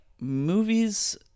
movies